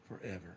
forever